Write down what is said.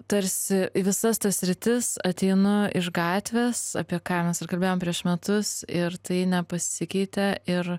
tarsi į visas tas sritis ateinu iš gatvės apie ką mes ir kalbėjom prieš metus ir tai nepasikeitė ir